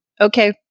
Okay